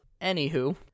Anywho